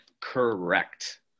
correct